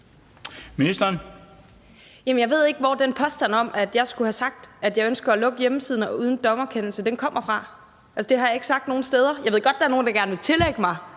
Jeg ved ikke, hvor den påstand om, at jeg skulle have sagt, at jeg ønsker at lukke hjemmesider uden dommerkendelse, kommer fra. Altså, det har jeg ikke sagt nogen steder. Jeg ved godt, der er nogle, der gerne vil tillægge mig